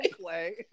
play